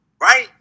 Right